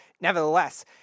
Nevertheless